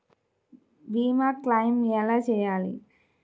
భీమ క్లెయిం ఎలా చేయాలి?